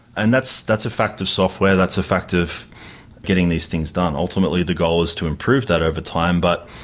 and that's that's a fact of software, that's a fact of getting these things done. ultimately the goal is to improve that over time, but